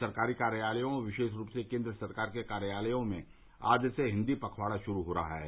सरकारी कार्यालयों विशेष रूप से केन्द्र सरकार के कार्यालयों में आज से हिन्दी पखवाडा शुरू हो रहा है